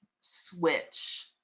switch